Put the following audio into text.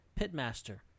pitmaster